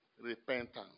repentance